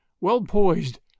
well-poised